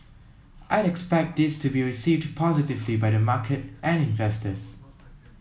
I'd expect this to be received positively by the market and investors